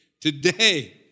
today